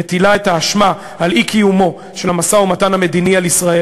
מטילה את האשמה באי-קיומו של המשא-ומתן המדיני על ישראל,